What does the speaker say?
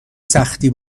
سختی